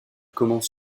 commence